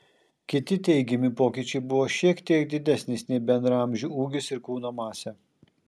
kiti teigiami pokyčiai buvo šiek tiek didesnis nei bendraamžių ūgis ir kūno masė